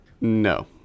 No